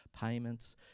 payments